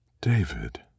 David